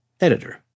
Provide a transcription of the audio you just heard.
editor